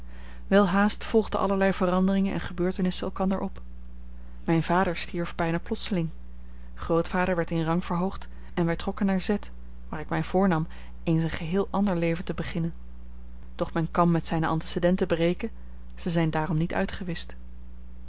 welhaast volgden allerlei veranderingen en gebeurtenissen elkander op mijn vader stierf bijna plotseling grootvader werd in rang verhoogd en wij trokken naar z waar ik mij voornam eens een geheel ander leven te beginnen doch men kan met zijne antecedenten breken ze zijn daarom niet uitgewischt